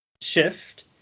shift